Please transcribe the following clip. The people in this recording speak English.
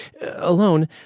alone